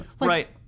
Right